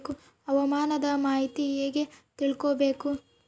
ಹವಾಮಾನದ ಮಾಹಿತಿ ಹೇಗೆ ತಿಳಕೊಬೇಕು?